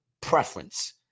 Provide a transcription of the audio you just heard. preference